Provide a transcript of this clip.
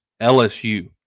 LSU